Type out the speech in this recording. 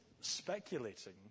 speculating